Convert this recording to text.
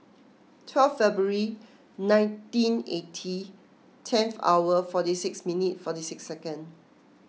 twelve February nineteen eighty tenth hour forty six minutes forty six seconds